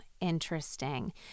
interesting